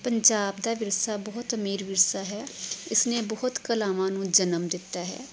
ਪੰਜਾਬ ਦਾ ਵਿਰਸਾ ਬਹੁਤ ਅਮੀਰ ਵਿਰਸਾ ਹੈ ਇਸਨੇ ਬਹੁਤ ਕਲਾਵਾਂ ਨੂੰ ਜਨਮ ਦਿੱਤਾ ਹੈ